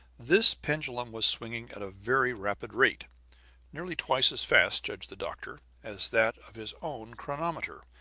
this pendulum was swinging at a very rapid rate nearly twice as fast, judged the doctor, as that of his own chronometer.